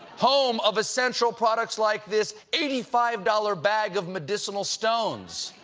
home of essential products like this eighty five dollars bag of medicinal stones,